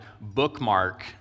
bookmark